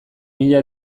mila